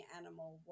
animal